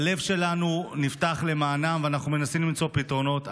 הלב שלנו נפתח למענם ואנחנו מנסים למצוא פתרונות,